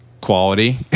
quality